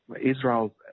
Israel